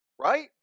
Right